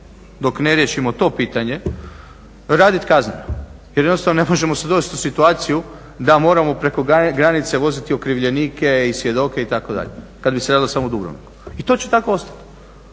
dok ne riješimo to pitanje raditi kazneno. Jer jednostavno ne možemo se dovesti u situaciju da moramo preko granice voziti okrivljenike i svjedoke itd., kada bi se radilo samo o Dubrovniku. I to će tako ostati.